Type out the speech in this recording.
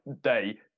day